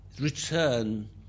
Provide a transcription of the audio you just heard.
return